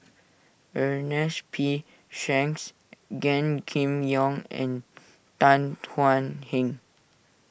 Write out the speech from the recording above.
Ernest P Shanks Gan Kim Yong and Tan Thuan Heng